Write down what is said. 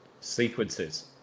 Sequences